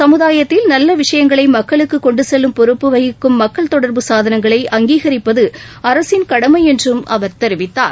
சமுதாயத்தில் நல்ல விஷயங்களை மக்களுக்கு கொண்டு செல்லும் பொறுப்பு வகிக்கும் மக்கள் தொடர்பு சாதனங்களை அங்கீகரிப்பது அரசின் கடமை என்றும் அவர் தெரிவித்தார்